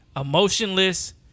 Emotionless